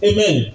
Amen